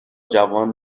جوان